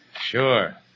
Sure